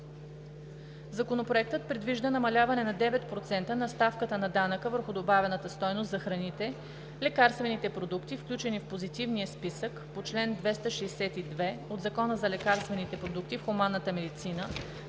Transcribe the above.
Законопроектът предвижда намаляване на 9% на ставката на данъка върху добавената стойност за храните, лекарствените продукти, включени в позитивния списък по чл. 262 от Закона за лекарствените продукти в хуманната медицина,